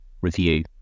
review